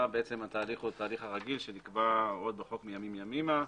התהליך הוא התהליך הרגיל שנקבע בחוק עוד מימים ימימה,